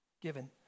given